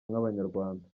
nk’abanyarwanda